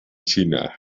china